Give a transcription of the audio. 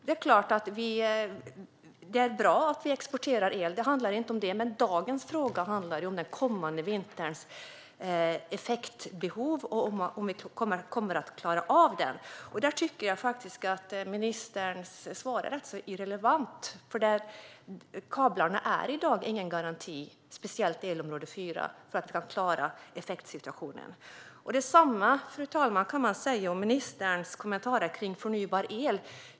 Det är klart att det är bra att vi exporterar el, det handlar inte om det, men dagens fråga handlar om den kommande vinterns effektbehov och om vi kommer att klara av det. Där tycker jag faktiskt att ministerns svar är rätt så irrelevant. Kablarna är i dag ingen garanti för att klara effektsituationen, speciellt inte när det gäller elområde 4. Detsamma, fru talman, kan man säga om ministerns kommentarer kring förnybar el.